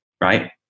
right